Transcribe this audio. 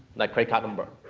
like, credit card number.